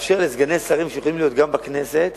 נאפשר לסגני שרים שיכולים להיות גם בכנסת